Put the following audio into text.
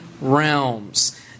realms